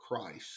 Christ